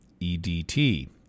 EDT